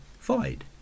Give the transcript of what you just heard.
void